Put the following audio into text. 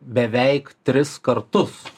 beveik tris kartus